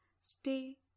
stay